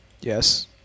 Yes